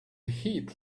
heat